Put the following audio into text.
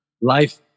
life